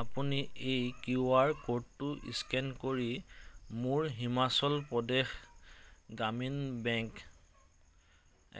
আপুনি এই কিউআৰ ক'ডটো স্কেন কৰি মোৰ হিমাচল প্ৰদেশ গ্ৰামীণ বেংক